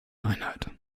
einheit